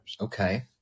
Okay